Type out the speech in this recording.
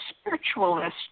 spiritualist